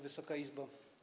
Wysoka Izbo!